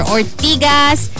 Ortigas